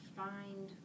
find